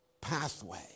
pathway